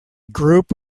group